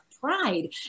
pride